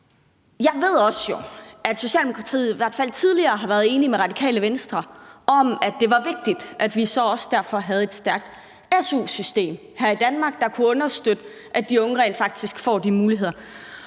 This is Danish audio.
Jeg ved jo også, at Socialdemokratiet i hvert fald tidligere har været enig med Radikale Venstre i, at det var vigtigt, at vi så også derfor havde et stærkt su-system her i Danmark, der kunne understøtte, at de unge rent faktisk får de muligheder.